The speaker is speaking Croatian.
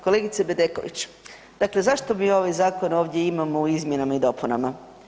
Kolegice Bedeković, dakle zašto mi ovaj zakon ovdje imamo u izmjenama i dopunama?